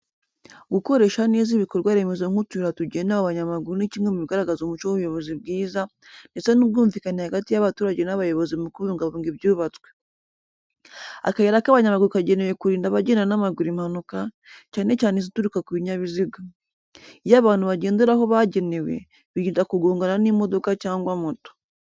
Gukoresha neza ibikorwa remezo nk’utuyira tugenewe abanyamaguru ni kimwe mu bigaragaza umuco w’ubuyobozi bwiza, ndetse n’ubwumvikane hagati y’abaturage n’abayobozi mu kubungabunga ibyubatswe. Akayira k'abanyamaguru kagenewe kurinda abagenda n’amaguru impanuka, cyane cyane izituruka ku binyabiziga. Iyo abantu bagendera aho bagenewe, birinda kugongana n’imodoka cyangwa moto.